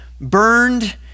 burned